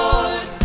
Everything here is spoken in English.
Lord